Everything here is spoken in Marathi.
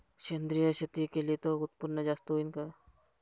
सेंद्रिय शेती केली त उत्पन्न जास्त होईन का?